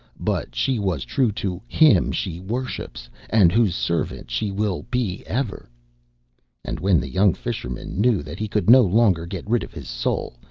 but she was true to him she worships, and whose servant she will be ever and when the young fisherman knew that he could no longer get rid of his soul,